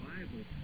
Bible